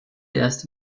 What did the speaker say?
erst